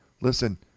listen